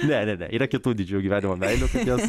ne ne ne yra kitų didžiųjų gyvenimo meilių kaip jas